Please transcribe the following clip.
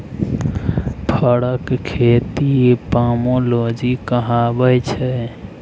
फरक खेती पामोलोजी कहाबै छै